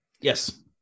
Yes